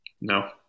No